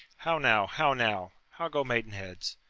how now, how now! how go maidenheads?